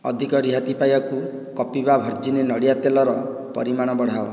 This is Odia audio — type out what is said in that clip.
ଅଧିକ ରିହାତି ପାଇବାକୁ କପିଭା ଭର୍ଜିନ୍ ନଡ଼ିଆ ତେଲର ପରିମାଣ ବଢ଼ାଅ